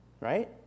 right